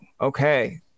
okay